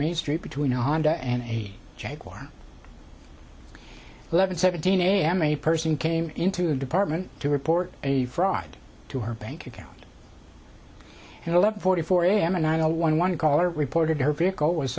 made street between a honda and a jaguar eleven seventeen a m a person came into the department to report a fraud to her bank account and eleven forty four am and i know one one caller reported her vehicle was